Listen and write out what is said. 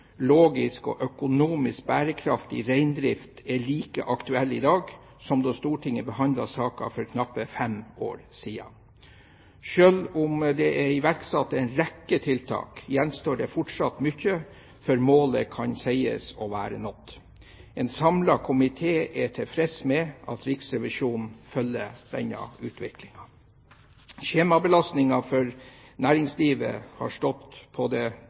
og økonomisk bærekraftig reindrift, er like aktuelt i dag som da Stortinget behandlet saken for knappe fem år siden. Selv om det er iverksatt en rekke tiltak, gjenstår det fortsatt mye før målet kan sies å være nådd. En samlet komité er tilfreds med at Riksrevisjonen følger denne utviklingen. Skjemabelastningen for næringslivet har stått på